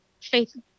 faith